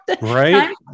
Right